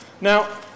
Now